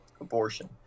abortion